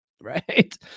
Right